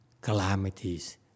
calamities